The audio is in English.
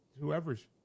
whoever's